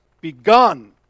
begun